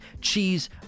cheese